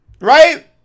right